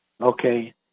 okay